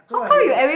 no ah he